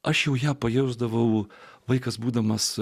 aš joje pajusdavau vaikas būdamas